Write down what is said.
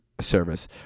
Service